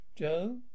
Joe